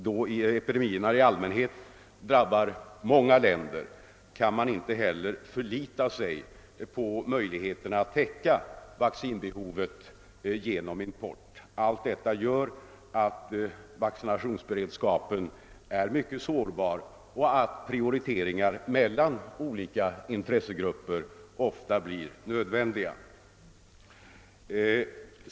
Eftersom epidemierna i allmänhet drabbar många länder, kan man inte heller förlita sig på möjligheterna att täcka vaccinbehovet genom import. Allt detta gör att vaccinationsberedskapen är mycket sårbar och att prioriteringar mellan olika intressegrupper ofta blir nödvändiga.